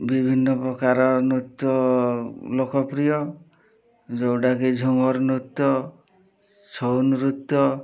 ବିଭିନ୍ନପ୍ରକାର ନୃତ୍ୟ ଲୋକପ୍ରିୟ ଯେଉଁଟାକି ଝୁମର୍ ନୃତ୍ୟ ଛଉ ନୃତ୍ୟ